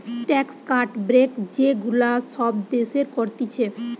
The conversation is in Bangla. ট্যাক্স কাট, ব্রেক যে গুলা সব দেশের করতিছে